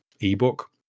ebook